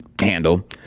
handle